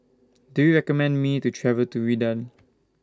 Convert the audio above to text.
Do YOU recommend Me to travel to Riyadh